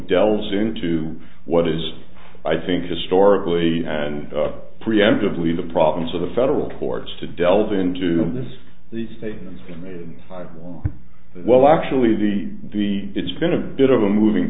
delves into what is i think historically and preemptively the problems of the federal courts to delve into this these statements well actually the the it's been a bit of a moving